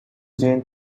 gym